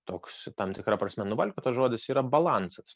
toks tam tikra prasme nuvalkiotas žodis yra balansas